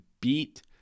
beat